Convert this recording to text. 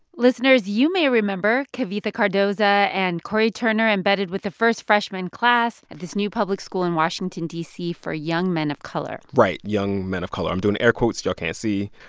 listeners, you may remember kavitha cardoza and cory turner embedded with the first freshman class at this new public school in washington, d c, for young men of color right young men of color. i'm doing air quotes y'all can't see.